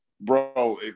bro